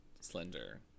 slender